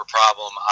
problem